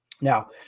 Now